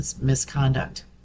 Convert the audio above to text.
misconduct